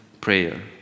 prayer